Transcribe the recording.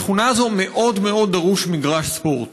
בשכונה הזאת מאוד מאוד דרוש מגרש ספורט.